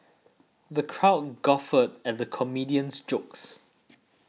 the crowd guffawed at the comedian's jokes